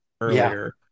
earlier